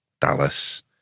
Dallas